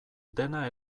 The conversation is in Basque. dena